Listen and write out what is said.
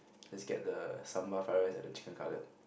just get the sambal fried rice and the chicken cutlet